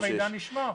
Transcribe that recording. המידע נשמר.